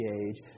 age